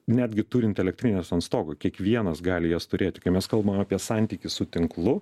netgi turint elektrines ant stogo kiekvienas gali jas turėti kai mes kalbam apie santykį su tinklu